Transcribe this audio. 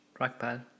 trackpad